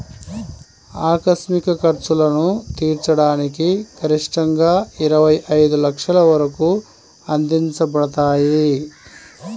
ఆకస్మిక ఖర్చులను తీర్చడానికి గరిష్టంగాఇరవై ఐదు లక్షల వరకు అందించబడతాయి